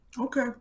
Okay